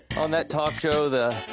on that talk show, the,